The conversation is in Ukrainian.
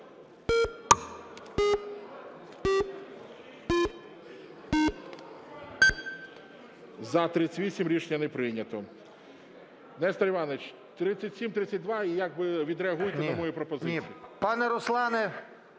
За-38 Рішення не прийнято. Нестор Іванович, 3732. І як би відреагуйте на мою пропозицію.